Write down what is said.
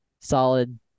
solid